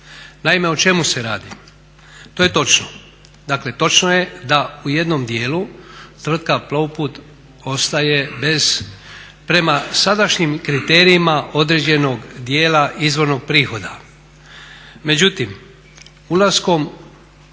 Naime, o čemu se radi? To je točno, dakle točno je da u jednom dijelu tvrtka Plovput ostaje bez prema sadašnjim kriterijima određenog dijela izvornog prihoda.